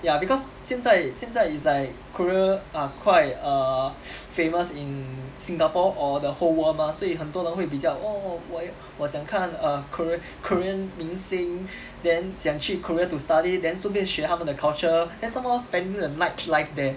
ya because 现在现在 is like korea are quite err famous in singapore or the whole world mah 所以很多人会比较 oh 我要我想看 err korean korean 明星 then 想去 korea to study then 顺便学他们的 culture then somehow spending a nightlife there